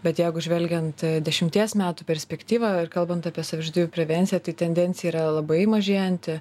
bet jeigu žvelgiant dešimties metų perspektyvą ir kalbant apie savižudybių prevenciją tai tendencija yra labai mažėjanti